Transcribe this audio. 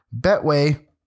Betway